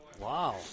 Wow